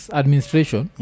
administration